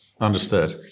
Understood